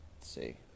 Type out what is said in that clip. see